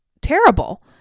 terrible